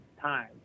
time